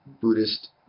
Buddhist